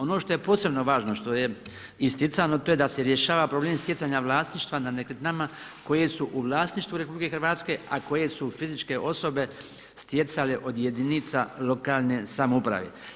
Ono što je posebno važno, što je isticano, to je da rješava problem stjecanja vlasništva nad nekretninama koje su u vlasništvu RH a koje su fizičke osobe stjecale od jedinica lokalne samouprave.